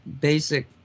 basic